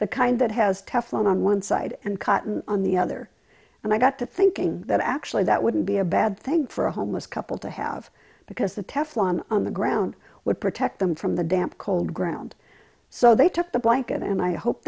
the kind that has teflon on one side and cotton on the other and i got to thinking that actually that wouldn't be a bad thing for a homeless couple to have because the teflon on the ground would protect them from the damp cold ground so they took the blanket and i hope